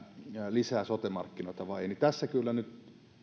sote markkinoita vai ei tässä kyllä nyt